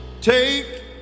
Take